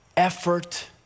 Effort